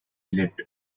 lit